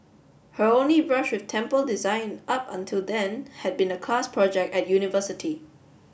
her only brush with temple design up until then had been a class project at university